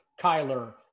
kyler